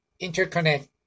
interconnect